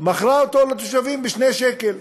מכרה אותו לתושבים ב-2 שקל.